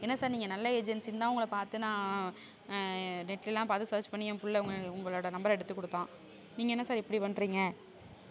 என்ன சார் நீங்கள் நல்ல ஏஜென்சின்னு தான் உங்களை பார்த்து நான் நெட்டுலைலாம் பார்த்து சர்ச் பண்ணி என் பிள்ள உங்களோடய நம்பரை எடுத்து கொடுத்தான் நீங்கள் என்ன சார் இப்படி பண்றீங்க